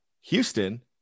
Houston